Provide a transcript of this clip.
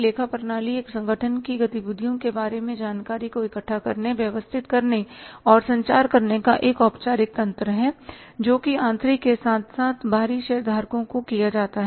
लेखा प्रणाली एक संगठन की गतिविधियों के बारे में जानकारी को इकट्ठा करने व्यवस्थित करने और संचार करने का एक औपचारिक तंत्र है जोकि आंतरिक के साथ साथ बाहरी शेयरधारकों को किया जाता है